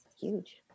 huge